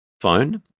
Phone